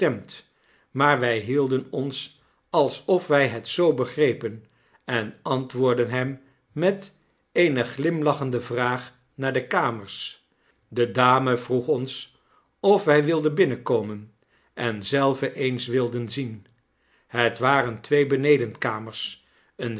maar wy hielden ons alsof wij het zoo begrepen en beantwoordden hem met eene glimlachende vraag naar de kamers de dame vroeg ons of wy wilden binnenkomen en zelven eens wilden zien het waren twee benedenkamers eene